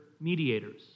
mediators